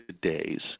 days